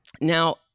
Now